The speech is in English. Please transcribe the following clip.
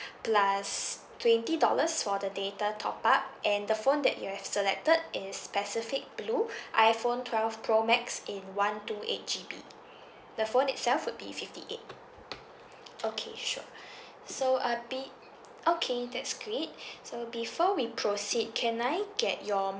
plus twenty dollars for the data top up and the phone that you have selected is pacific blue iPhone twelve pro max in one two eight G_B the phone itself would be fifty eight okay sure so uh be okay that's great so before we proceed can I get your